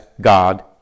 God